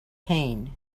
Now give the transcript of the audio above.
pain